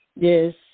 yes